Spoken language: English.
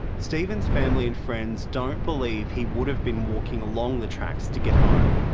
stephen's family and friends don't believe he would have been walking along the tracks to get home.